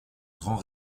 grand